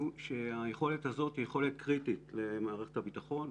שהיכולת הזו היא קריטית למערכת הביטחון,